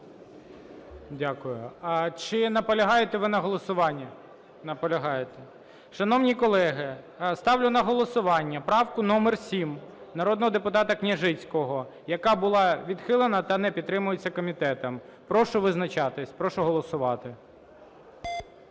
Дякую. Чи наполягаєте ви на голосуванні? Наполягаєте. Шановні колеги! Ставлю на голосування правку номер 7 народного депутата Княжицького, яка була відхилена та не підтримується комітетом. Прошу визначатись, прошу голосувати.